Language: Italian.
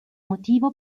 motivo